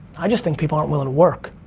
i just think people aren't willing to work.